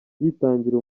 yitangira